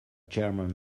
german